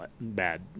bad